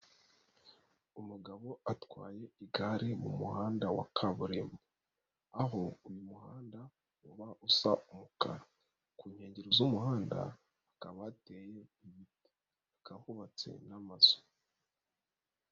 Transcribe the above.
Umugabo atwaye igare mu muhanda wa kaburimbo aho uyu muhanda uba usa umukara, ku nkengero z'umuhanda hakaba hateye ibiti, hakaba hubatse n'amazu.